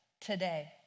today